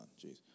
Jeez